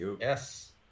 Yes